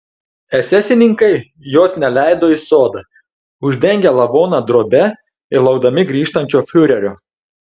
esesininkai jos neleido į sodą uždengę lavoną drobe ir laukdami grįžtančio fiurerio